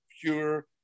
pure